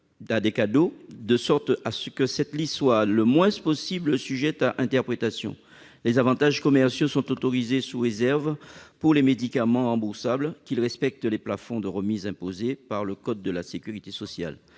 à des cadeaux, de sorte que cette liste soit le moins possible sujette à interprétation. Les avantages commerciaux sont autorisés, pour les médicaments remboursables, sous réserve qu'ils respectent les plafonds de remises imposés par le code de la sécurité sociale.